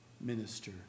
minister